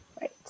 Right